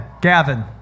Gavin